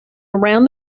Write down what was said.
around